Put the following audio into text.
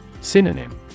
Synonym